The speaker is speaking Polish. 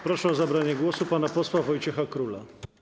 Proszę o zabranie głosu pana posła Wojciecha Króla.